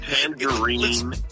Tangerine